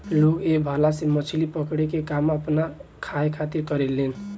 लोग ए भाला से मछली पकड़े के काम आपना खाए खातिर करेलेन